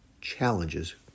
challenges